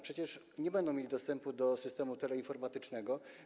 Przecież nie będą mieli dostępu do systemu teleinformatycznego.